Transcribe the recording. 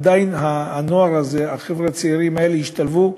עדיין הנוער הזה, החברה הצעירים האלה השתלבו.